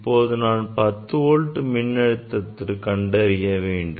இப்போது நான் 10 வோல்ட் மின் அழுத்தத்திற்கு கண்டறிய வேண்டும்